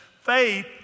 faith